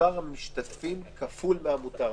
מספר המשתתפים כפול מהמותר",